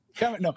No